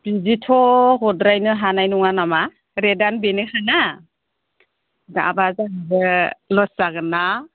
बिदिथ' हद्रायनो हानाय नङा नामा रेटआनो बेनोखाना माबा जोंहाबो लस जागोनना